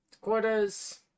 quarters